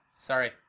Sorry